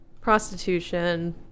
Prostitution